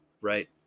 Right